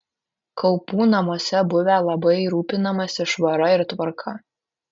kaupų namuose buvę labai rūpinamasi švara ir tvarka